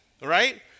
right